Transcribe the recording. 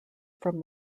from